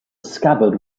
scabbard